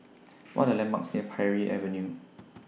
What Are The landmarks near Parry Avenue